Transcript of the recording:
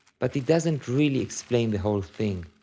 but it doesn't really explain the whole thing.